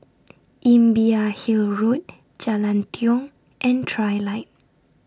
Imbiah Hill Road Jalan Tiong and Trilight